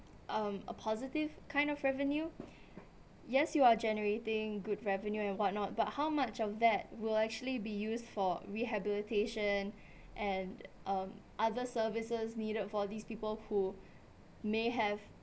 um a positive kind of revenue yes you are generating good revenue and whatnot but how much of that will actually be used for rehabilitation and um other services needed for these people who may have